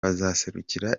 bazaserukira